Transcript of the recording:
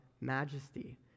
majesty